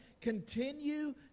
Continue